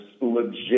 legit